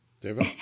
David